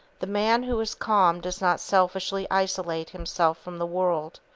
the man who is calm does not selfishly isolate himself from the world,